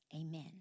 amen